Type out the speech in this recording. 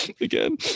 again